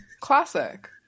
classic